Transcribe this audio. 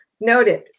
noted